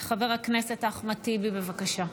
חבר הכנסת אחמד טיבי, בבקשה.